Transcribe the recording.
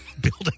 building